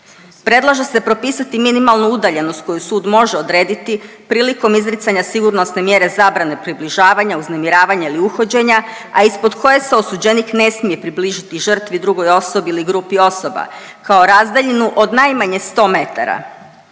Predlaže se propisati minimalnu udaljenost koju sud može odrediti prilikom izricanja sigurnosne mjere zabrane približavanja, uznemiravanja ili uhođenja, a ispred koje se osuđenih ne smije približiti žrtvu, drugoj osobi ili grupi osoba, kao razdaljinu od najmanje 100 metara.